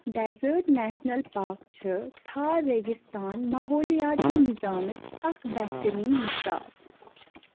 desert national park چھِ تھار ریگِستٲن ماحولِیٲتی نِظامٕچ اَکھ بہتٔریٖن مِثال